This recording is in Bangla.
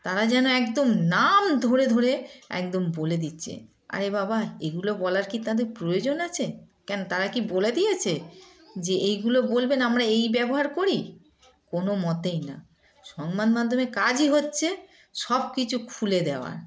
তারা যেন একদম নাম ধরে ধরে একদম বলে দিচ্ছে আরে বাবা এগুলো বলার কি তাদের প্রয়োজন আছে কেন তারা কি বলে দিয়েছে যে এইগুলো বলবেন আমরা এই ব্যবহার করি কোনো মতেই না সংবাদ মাধ্যমের কাজই হচ্ছে সব কিছু খুলে দেওয়ার